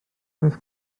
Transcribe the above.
beth